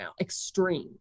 extreme